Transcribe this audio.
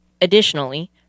Additionally